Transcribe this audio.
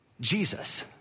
Jesus